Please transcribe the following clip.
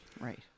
right